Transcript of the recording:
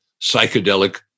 psychedelic